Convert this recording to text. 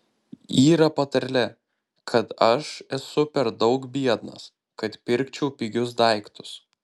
yra patarlė kad aš esu per daug biednas kad pirkčiau pigius daiktus